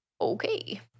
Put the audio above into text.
Okay